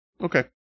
okay